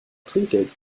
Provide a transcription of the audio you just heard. trinkgeld